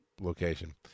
location